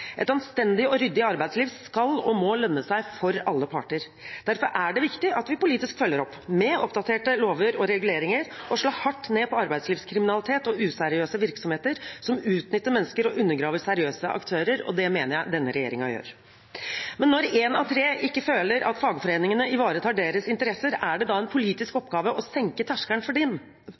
Et anstendig og ryddig arbeidsliv skal og må lønne seg for alle parter. Derfor er det viktig at vi følger opp politisk med oppdaterte lover og reguleringer og slår hardt ned på arbeidslivskriminalitet og useriøse virksomheter som utnytter mennesker og undergraver seriøse aktører. Det mener jeg denne regjeringen gjør. Men når én av tre ikke føler at fagforeningene ivaretar deres interesser, er det da en politisk oppgave å senke terskelen for